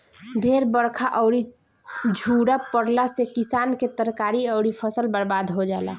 ढेर बरखा अउरी झुरा पड़ला से किसान के तरकारी अउरी फसल बर्बाद हो जाला